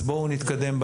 בואו נתקדם.